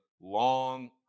long